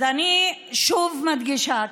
אז אני שוב מדגישה,